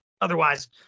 Otherwise